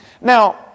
Now